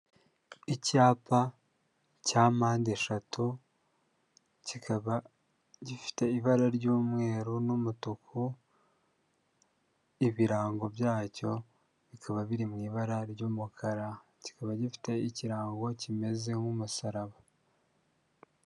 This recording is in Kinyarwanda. Icyapa cya mpande eshatu kikaba gifite ibara ry'umweru n'umutuku, ibirango byacyo bikaba biri mu ibara ry'umukara, kikaba gifite ikirango kimeze nk'umusaraba.